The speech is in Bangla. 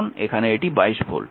কারণ এখানে এটি 22 ভোল্ট